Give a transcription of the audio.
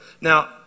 Now